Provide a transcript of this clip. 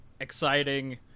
exciting